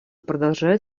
продолжает